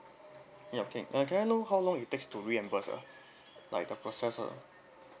ya can uh can I know how long it takes to reimburse ah like the processes